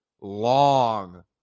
long